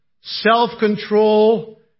self-control